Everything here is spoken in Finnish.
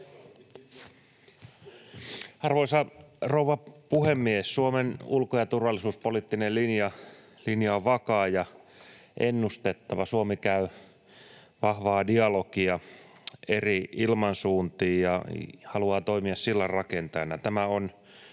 Arvoisa rouva puhemies! Suomen ulko‑ ja turvallisuuspoliittinen linja on vakaa ja ennustettava, Suomi käy vahvaa dialogia eri ilmansuuntiin ja haluaa toimia sillanrakentajana.